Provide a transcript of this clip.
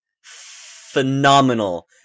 Phenomenal